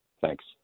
Thanks